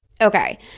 Okay